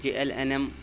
J L N M